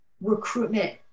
Recruitment